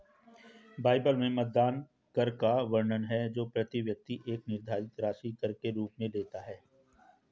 Bible में मतदान कर का वर्णन है जो प्रति व्यक्ति एक निर्धारित राशि कर के रूप में लेता है